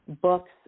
books